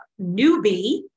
newbie